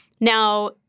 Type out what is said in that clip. Now